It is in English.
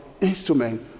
instrument